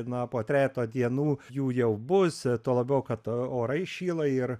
na po trejeto dienų jų jau bus tuo labiau kad orai šyla ir